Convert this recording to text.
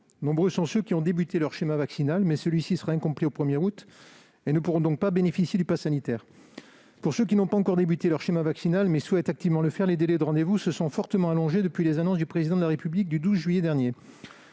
Nombreux sont ceux qui ont commencé leur schéma vaccinal, mais celui-ci sera incomplet au 1 août, et ils ne pourront donc pas bénéficier du passe sanitaire. Pour ceux qui n'ont pas encore débuté leur schéma vaccinal, mais qui souhaitent activement le faire, les délais de rendez-vous se sont fortement allongés depuis les annonces du Président de la République. Afin de ne